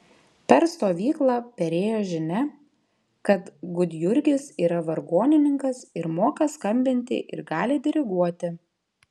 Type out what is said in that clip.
per stovyklą perėjo žinia kad gudjurgis yra vargonininkas ir moka skambinti ir gali diriguoti